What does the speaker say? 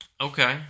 Okay